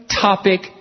topic